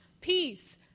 peace